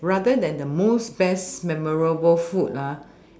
rather than the most best memorable food ah